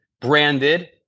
branded